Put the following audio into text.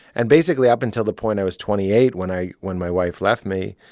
and basically up until the point i was twenty eight when i when my wife left me,